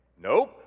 Nope